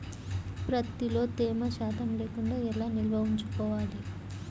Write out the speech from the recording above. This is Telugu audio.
ప్రత్తిలో తేమ శాతం లేకుండా ఎలా నిల్వ ఉంచుకోవాలి?